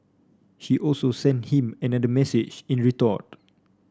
she also sent him another message in retort